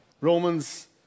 Romans